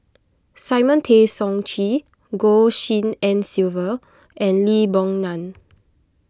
Simon Tay Seong Chee Goh Tshin En Sylvia and Lee Boon Ngan